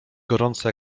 gorąco